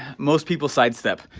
most people sidestep.